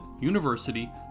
university